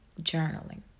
journaling